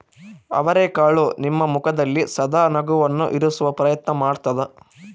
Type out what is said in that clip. ಅವರೆಕಾಳು ನಿಮ್ಮ ಮುಖದಲ್ಲಿ ಸದಾ ನಗುವನ್ನು ಇರಿಸುವ ಪ್ರಯತ್ನ ಮಾಡ್ತಾದ